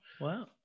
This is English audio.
wow